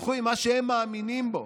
ילכו עם מה שהם מאמינים בו.